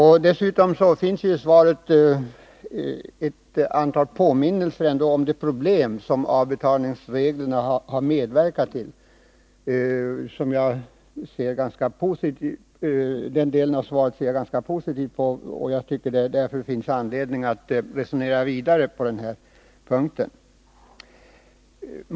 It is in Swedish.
I svaret finns dessutom ett antal påminnelser om de problem som avbetalningsreglerna har medverkat till. Den delen av svaret ser jag positivt på, och det finns därför anledning att resonera vidare.